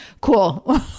Cool